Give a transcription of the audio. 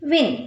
Win